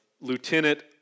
lieutenant